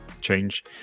change